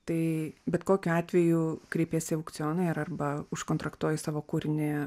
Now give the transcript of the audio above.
tai bet kokiu atveju kreipiesi į aukcioną ir arba už kontraktuoji savo kūrinį